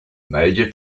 major